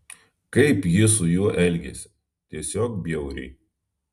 kaip ji su juo elgiasi tiesiog bjauriai